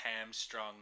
hamstrung